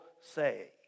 say